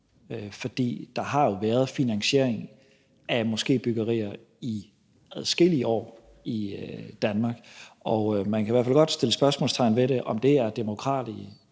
for der har jo været finansiering af moskébyggerier i adskillige år i Danmark. Man kan i hvert fald godt sætte spørgsmålstegn ved, om det alle